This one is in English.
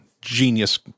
Genius